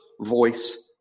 voice